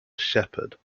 shepherd